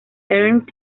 ernst